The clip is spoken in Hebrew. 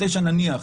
נניח.